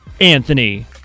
Anthony